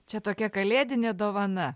čia tokia kalėdinė dovana